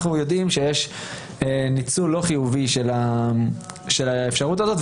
אנחנו יודעים שיש ניצול לא חיובי של האפשרות הזאת,